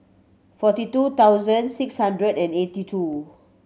forty two thousand six hundred and eighty two